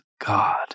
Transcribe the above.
God